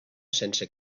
sense